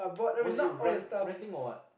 was he rent renting or what